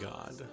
God